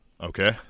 Okay